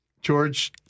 George